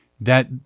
that-